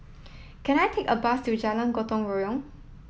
can I take a bus to Jalan Gotong Royong